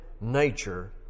nature